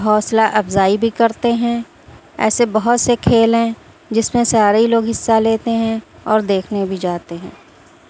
حوصلہ افزائی بھی کرتے ہیں ایسے بہت سے کھیل ہیں جس میں سارے لوگ حصہ لیتے ہیں اور دیکھنے بھی جاتے ہیں